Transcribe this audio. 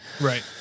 right